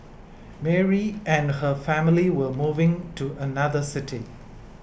Mary and her family were moving to another city